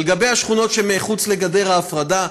לגבי השכונות שמחוץ לגדר ההפרדה,